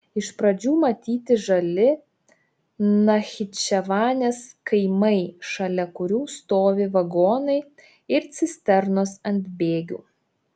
iš pradžių matyti žali nachičevanės kaimai šalia kurių stovi vagonai ir cisternos ant bėgių